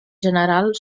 general